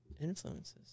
Influences